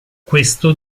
questo